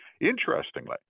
Interestingly